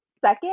Second